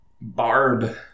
Barb